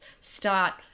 start